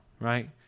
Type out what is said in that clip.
right